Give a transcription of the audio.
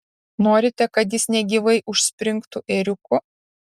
norite kad jis negyvai užspringtų ėriuku